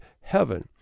heaven